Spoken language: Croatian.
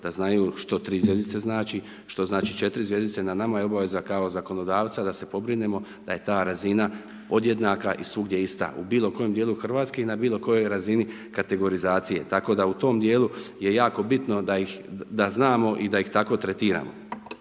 da znaju što 3 zvjezdice znači, što znači 4 zvjezdice, na nama je obaveza kao zakonodavca da se pobrinemo da je ta razina podjednaka i svugdje ista u bilo koje dijelu Hrvatske i na bilo kojoj razini kategorizacije. Tako da u tom dijelu je jako bitno da znamo i da ih tako tretiramo.